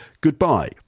goodbye